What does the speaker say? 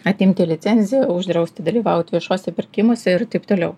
atimti licenziją uždrausti dalyvaut viešuose pirkimuose ir taip toliau